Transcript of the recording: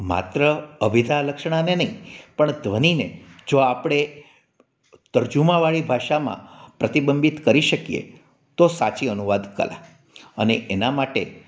માત્ર અભિધા લક્ષણા નહીં પર ધ્વનિ ને જો આપણે તર્જુમાવાળી ભાષામાં પ્રતિબિંબિત કરી શકીએ તો સાચી અનુવાદકળા અને એના માટે